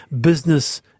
Business